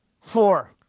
Four